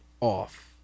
off